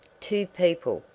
two people,